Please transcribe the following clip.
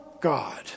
God